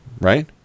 Right